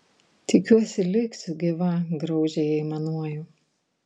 tikiuosi liksiu gyva graudžiai aimanuoju